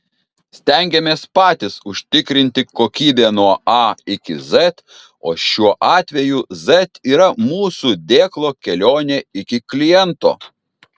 stengiamės patys užtikrinti kokybę nuo a iki z o šiuo atveju z yra mūsų dėklo kelionė iki kliento